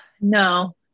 No